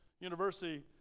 University